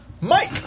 Mike